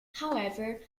however